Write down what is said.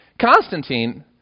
Constantine